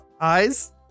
eyes